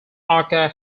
aka